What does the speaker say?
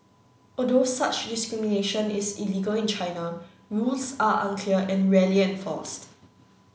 although such discrimination is illegal in China rules are unclear and rarely enforced